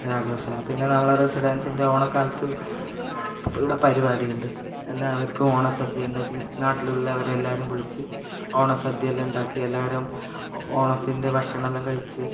ഒരാഘോഷാ പിന്നെ നമ്മൾ റെസിഡൻസിൻ്റെ ഓണക്കാലത്ത് ഈട പരിപാടിയുണ്ട് എല്ലാവർക്കും സദ്യയുണ്ടാക്കി നാട്ടിലുള്ളവരെല്ലാവരും വിളിച്ച് ഓണ സദ്യയെല്ലാം ഉണ്ടാക്കി എല്ലാവരും ഓണത്തിൻ്റെ ഭക്ഷണമെല്ലാം കഴിച്ച്